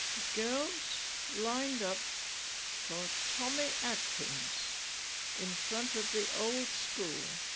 girls lined up for tommy atkins in front of the old school.